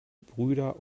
brüder